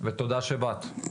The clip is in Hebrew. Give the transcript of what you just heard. ותודה שבאת.